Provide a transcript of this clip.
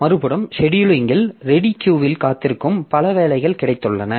மறுபுறம் செடியூலிங் இல் ready queue இல் காத்திருக்கும் பல வேலைகள் கிடைத்துள்ளன